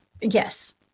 Yes